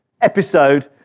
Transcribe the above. episode